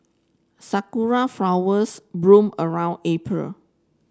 sakura flowers bloom around April